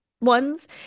ones